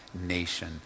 nation